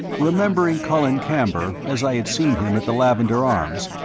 remembering colin camber as i had seen him at the lavender arms,